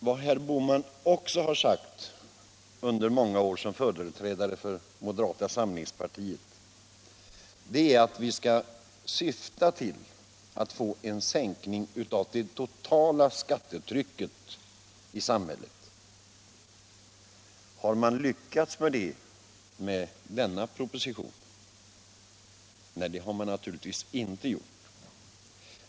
Vad herr Bohman också har sagt under många år som företrädare för moderata samlingspartiet är att vi skall syfta till att få en sänkning av det totala skattetrycket i samhället. Har man lyckats med det genom denna proposition? Nej, det har man naturligtvis inte gjort.